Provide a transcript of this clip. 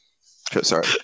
Sorry